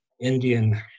Indian